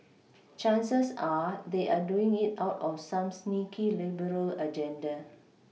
chances are they are doing it out of some sneaky liberal agenda